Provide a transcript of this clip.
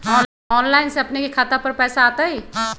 Online से अपने के खाता पर पैसा आ तई?